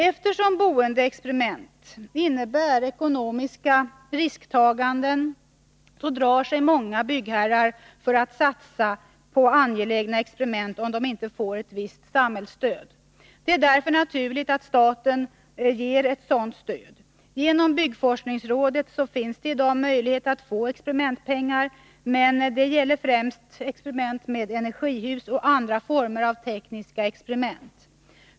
Eftersom boendeexperiment innebär ekonomiska risktaganden, drar sig många byggherrar för att satsa på angelägna experiment, om de inte får visst samhällsstöd. Det är därför naturligt att staten ger sådant stöd. Genom byggforskningsrådet finns det i dag möjlighet att få experimentpengar, men det gäller främst experiment med energihus och andra former av tekniska experiment.